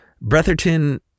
Bretherton